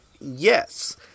Yes